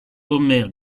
homer